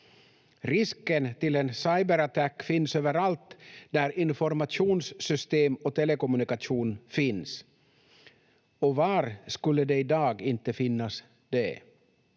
Risken för en cyberattack finns överallt där informationssystem och telekommunikation finns, och var skulle det i dag inte finnas det?